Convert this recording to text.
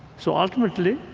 so ultimately,